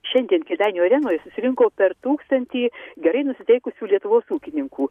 šiandien kėdainių arenoj susirinko per tūkstantį gerai nusiteikusių lietuvos ūkininkų